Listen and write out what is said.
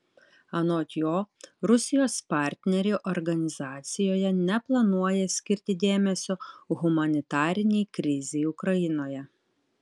anot jo rusijos partneriai organizacijoje neplanuoja skirti dėmesio humanitarinei krizei ukrainoje